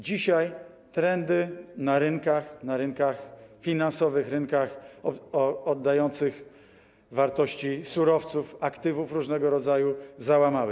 Dzisiaj trendy na rynkach, na rynkach finansowych, na rynkach oddających wartości surowców, aktywów różnego rodzaju, się załamały.